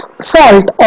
salt